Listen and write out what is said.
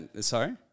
Sorry